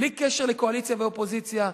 בלי קשר לקואליציה ואופוזיציה.